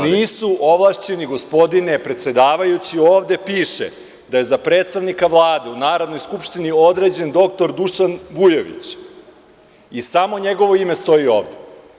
Nisu ovlašćeni, gospodine predsedavajući, ovde piše da je za – predstavnika Vlade u Narodnoj skupštini određen dr Dušan Vujović i samo njegovo ime stoji ovde.